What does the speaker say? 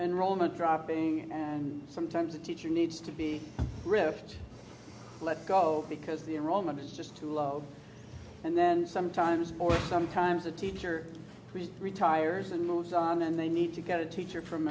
enrollment dropping and sometimes the teacher needs to be riffed let go because the enrollment is just too low and then sometimes or sometimes the teacher retires and moves on and they need to get a teacher from